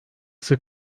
sık